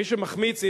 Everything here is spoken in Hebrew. מי שמחמיץ,